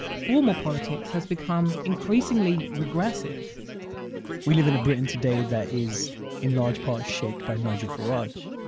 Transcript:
formal politics has become increasingly regressive we live in a britain today that is in large part shaped by nigel farage.